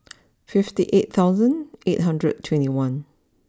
fifty eight thousand eight hundred and twenty one